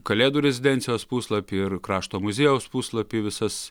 kalėdų rezidencijos puslapy ir krašto muziejaus puslapy visas